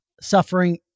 suffering